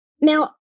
Now